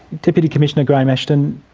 deputy commissioner graham ashton,